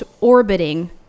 orbiting